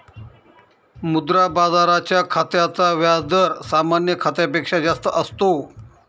मुद्रा बाजाराच्या खात्याचा व्याज दर सामान्य खात्यापेक्षा जास्त असतो